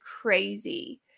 crazy